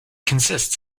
consists